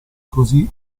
così